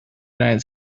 united